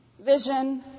Vision